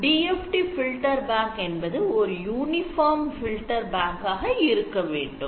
DFT filter bank என்பது ஓர் uniform filter bank ஆக இருக்க வேண்டும்